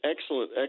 excellent